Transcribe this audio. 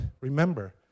Remember